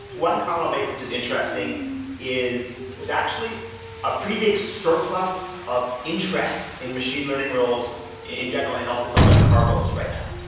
one comment i'll make which is interesting is there's actually a pretty big surplus of interest in machine learning roles in general and also in self-driving car roles right now.